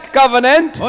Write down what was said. covenant